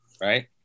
Right